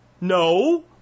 no